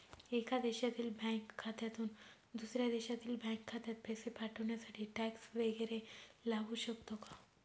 एका देशातील बँक खात्यातून दुसऱ्या देशातील बँक खात्यात पैसे पाठवण्यासाठी टॅक्स वैगरे लागू शकतो का?